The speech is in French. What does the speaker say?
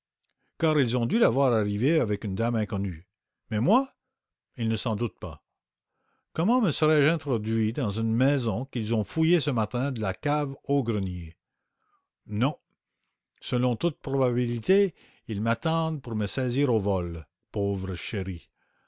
car ils ont dû la voir arriver avec une dame inconnue mais moi ils ne s'en doutent pas comment me serais-je introduit dans une maison qu'ils ont fouillée ce matin de la cave au grenier non ils m'attendent pour me saisir au vol